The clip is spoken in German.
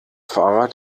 fahrer